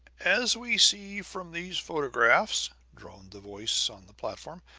as we see from these photographs, droned the voice on the platform,